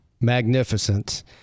magnificent